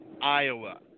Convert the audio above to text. Iowa